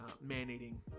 man-eating